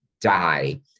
die